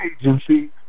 agency